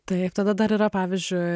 taip tada dar yra pavyzdžiui